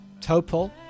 Topol